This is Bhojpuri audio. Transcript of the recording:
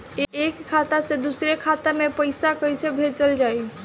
एक खाता से दुसरे खाता मे पैसा कैसे भेजल जाला?